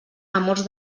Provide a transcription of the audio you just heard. amors